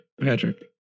Patrick